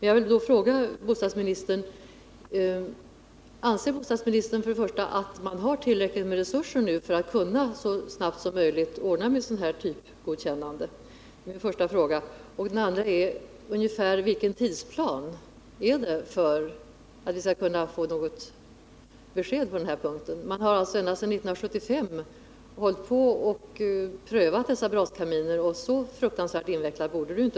Jag vill då fråga: Anser bostadsministern att man nu har tillräckliga resurser för att så snabbt som möjligt kunna ordna med typgodkännande? Och vilken tidsplan är det för att vi skall kunna få något besked på den här punkten? Man har ända sedan 1975 prövat dessa braskaminer, men så fruktansvärt invecklat borde det ju inte